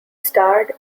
starred